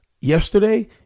yesterday